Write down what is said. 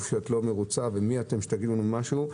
שאת לא מרוצה "מי אתם שתגידו לי משהו?",